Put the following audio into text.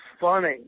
funny